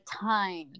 time